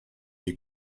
you